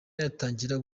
yatangira